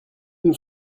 nous